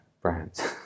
brands